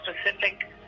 specific